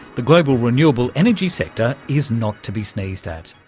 the global renewable energy sector is not to be sneezed at.